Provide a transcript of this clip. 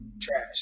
trash